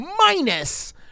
minus